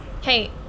Hey